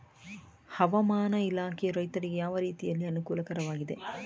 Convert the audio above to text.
ಹವಾಮಾನ ಇಲಾಖೆಯು ರೈತರಿಗೆ ಯಾವ ರೀತಿಯಲ್ಲಿ ಅನುಕೂಲಕರವಾಗಿದೆ?